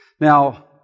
Now